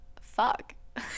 fuck